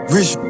Rich